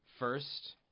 First